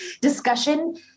discussion